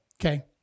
Okay